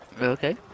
Okay